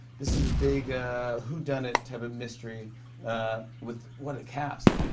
this is a big whodunit type of mystery with what a cast.